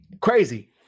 Crazy